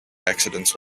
accidents